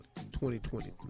2023